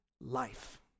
life